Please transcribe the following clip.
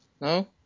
No